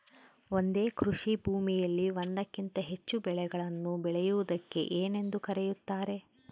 ಒಂದೇ ಕೃಷಿಭೂಮಿಯಲ್ಲಿ ಒಂದಕ್ಕಿಂತ ಹೆಚ್ಚು ಬೆಳೆಗಳನ್ನು ಬೆಳೆಯುವುದಕ್ಕೆ ಏನೆಂದು ಕರೆಯುತ್ತಾರೆ?